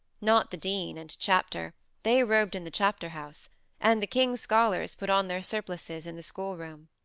not the dean and chapter they robed in the chapter-house and the king's scholars put on their surplices in the schoolroom.